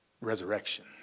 resurrection